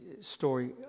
story